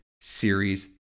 series